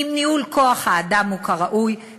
אם ניהול כוח-האדם הוא כראוי,